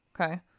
Okay